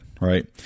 right